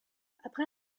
après